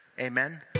Amen